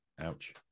Ouch